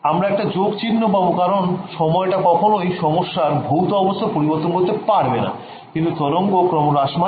আমরা একটা যোগ চিহ্ন পাবো কারণ সময় টা কখনই সমস্যার ভৌত অবস্থা পরিবর্তন করতে পারবে না কিন্তু তরঙ্গ ক্রমহ্রাসমান